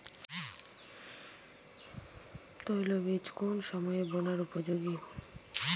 তৈলবীজ কোন সময়ে বোনার উপযোগী?